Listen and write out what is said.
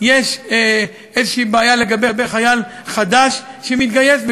יש איזו בעיה לגבי חייל חדש שמתגייס,